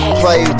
play